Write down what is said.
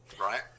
right